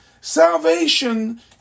salvation